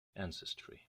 ancestry